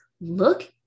look